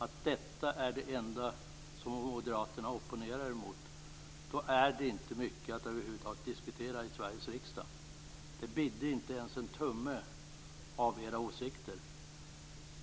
är Moderaternas enda sätt att opponera i fråga om detta. Då är det inte mycket att över huvud taget diskutera i Sveriges riksdag. Det bidde inte ens en tumme av Moderaternas åsikter.